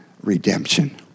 redemption